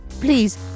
Please